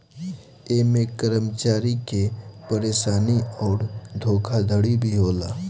ऐमे कर्मचारी के परेशानी अउर धोखाधड़ी भी होला